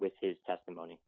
with his testimony